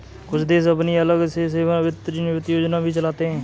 कुछ देश अपनी अलग से सेवानिवृत्त योजना भी चलाते हैं